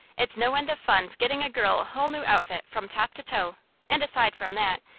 it's no end of fun getting a girl a whole new outfit, from top to toe and, aside from that,